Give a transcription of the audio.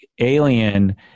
Alien